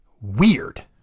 weird